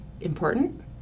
important